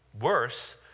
Worse